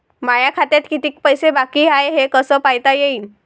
माया खात्यात कितीक पैसे बाकी हाय हे कस पायता येईन?